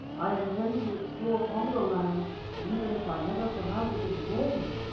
i intend to explore pongo-land even if i never come out of it again.